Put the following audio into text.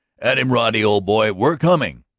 at him, roddy, old boy! we're coming!